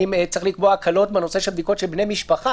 האם צריך לקבוע הקלות בנושא של בדיקות של בני משפחה?